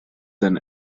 then